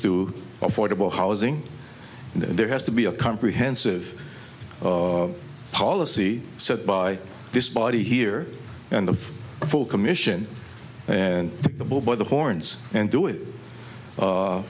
to affordable housing there has to be a comprehensive policy set by this body here and the full commission and the bull by the horns and do it